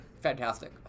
Fantastic